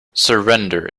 surrender